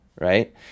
right